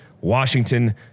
Washington